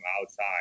outside